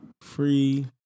free